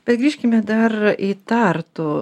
bet grįžkime dar į tartu